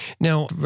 Now